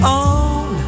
on